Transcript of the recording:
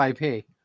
IP